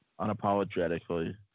unapologetically